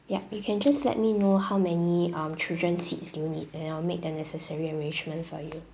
yup you can just let me know how many um children seats do you need and I'll make the necessary arrangement for you